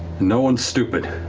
no one's stupid.